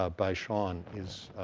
ah by sean, is